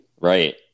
right